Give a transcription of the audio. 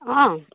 অঁ